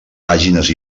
pàgines